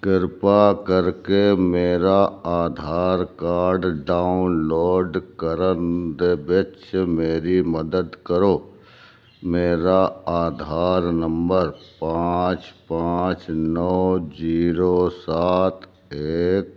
ਕਿਰਪਾ ਕਰਕੇ ਮੇਰਾ ਆਧਾਰ ਕਾਰਡ ਡਾਊਨਲੋਡ ਕਰਨ ਦੇ ਵਿੱਚ ਮੇਰੀ ਮਦਦ ਕਰੋ ਮੇਰਾ ਆਧਾਰ ਨੰਬਰ ਪਾਂਚ ਪਾਂਚ ਨੌਂ ਜ਼ੀਰੋ ਸਾਤ ਏਕ